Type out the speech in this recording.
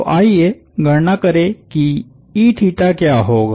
तो आइए गणना करें कि क्या होगा